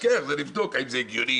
אולי זאת מילה לועזית כזאת.